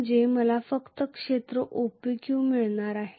म्हणजे मला फक्त क्षेत्र OPQ मिळणार आहे